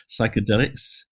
psychedelics